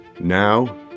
NOW